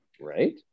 right